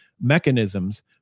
mechanisms